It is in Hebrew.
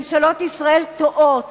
ממשלות ישראל טועות.